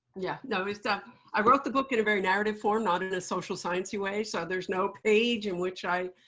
yeah. no, it's a i wrote the book in a very narrative form, not in a social science-y way. so there's no page in which i